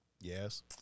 Yes